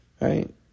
right